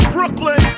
Brooklyn